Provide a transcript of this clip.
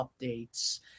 updates